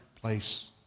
place